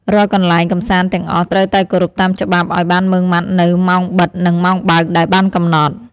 រាល់កន្លែងកម្សាន្តទាំងអស់ត្រូវតែគោរពតាមច្បាប់ឱ្យបានម៉ឺងម៉ាត់នូវ ម៉ោងបិទ និងម៉ោងបើក ដែលបានកំណត់។